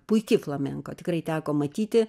puiki flamenko tikrai teko matyti